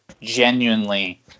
genuinely